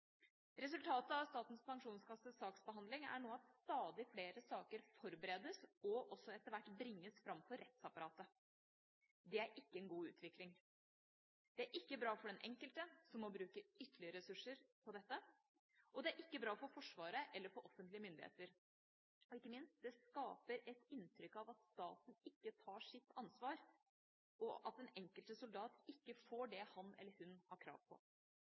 Resultatet av Statens Pensjonskasses saksbehandling er nå at stadig flere saker forberedes og etter hvert også bringes fram for rettsapparatet. Det er ikke en god utvikling. Det er ikke bra for den enkelte, som må bruke ytterligere ressurser på dette, og det er ikke bra for Forsvaret eller for offentlige myndigheter. Ikke minst: Det skaper et inntrykk av at staten ikke tar sitt ansvar, og at den enkelte soldat ikke får det han eller hun har krav på.